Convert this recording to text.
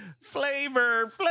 Flavor